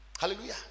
Hallelujah